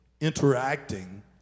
interacting